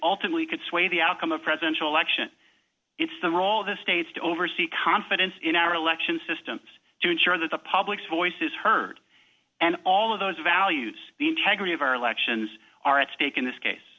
ultimately could sway the outcome of a presidential election it's the role of the states to oversee confidence in our election systems to ensure that the public's voice is heard and all of those values the integrity of our elections are at stake in this case